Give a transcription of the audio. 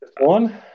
One